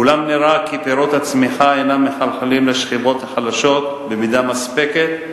אולם נראה כי פירות הצמיחה אינם מחלחלים לשכבות החלשות במידה מספקת,